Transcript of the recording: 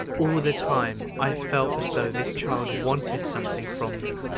all the time, i felt as though this child wanted something from me.